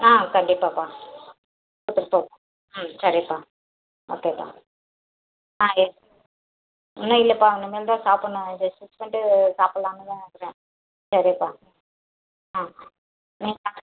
ஆ கண்டிப்பாப்பா எடுத்துட்டு போ ம் சரிப்பா ஓகேப்பா ஆ இன்னும் இல்லைப்பா இனிமேல் தான் சாப்பிட்ணும் இது ஸ்டிச் பண்ணிட்டு சாப்பிட்லானுந்தான் இருக்கேன் சரிப்பா ஆ நீங்கள் சாப்